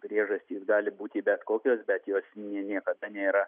priežastys gali būti bet kokios bet jos nie niekada nėra